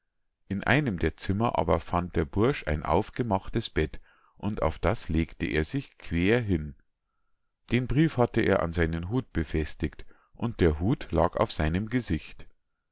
in einem der zimmer aber fand der bursch ein aufgemachtes bett und auf das legte er sich quer hin den brief hatte er an seinen hut befestigt und der hut lag auf seinem gesicht